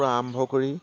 পৰা আৰম্ভ কৰি